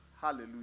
hallelujah